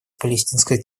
палестинской